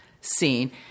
scene